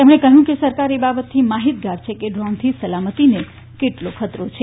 તેમણે કહ્યું કે સરકાર એ બાબતથી માહિતગાર છે કે ડ્રોનથી સલામતીને કેટલો ખતરો છે